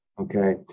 okay